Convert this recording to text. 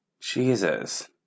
Jesus